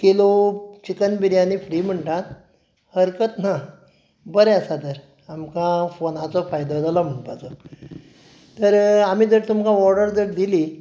kilo chicken biryani free म्हणटात हरकत ना बरें आसा तर आमकां फोनाचो फायदो जालो म्हणपाचो तर आमी जर तुमकां ऑर्डर जर दिली